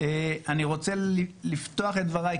בפתיחת דבריי,